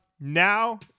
Now